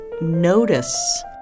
notice